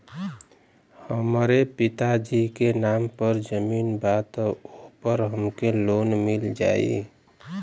हमरे पिता जी के नाम पर जमीन बा त ओपर हमके लोन मिल जाई?